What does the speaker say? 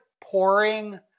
pouring